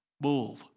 bull